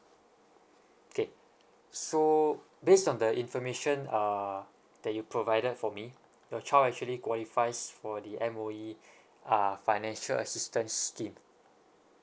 okay so based on the information uh that you provided for me your child actually qualifies for the M_O_E uh financial assistance scheme